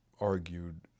argued